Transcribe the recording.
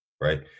right